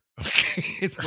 Okay